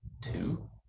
Two